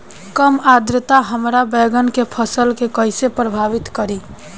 कम आद्रता हमार बैगन के फसल के कइसे प्रभावित करी?